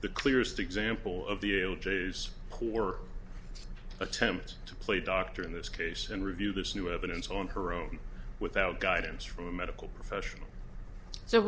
the clearest example of the jays pour attempt to play doctor in this case and review this new evidence on her own without guidance from a medical professional so